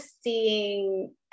seeing